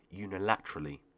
unilaterally